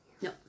No